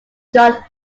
john